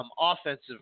offensive